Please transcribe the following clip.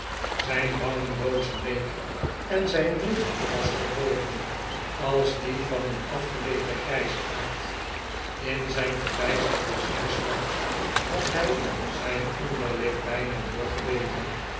zijn wangen doodsbleek en zijn rug was gebogen als die van een afgeleefden grijsaard in zijn verbijsterde zielesmart had hij zijn onderlip bijna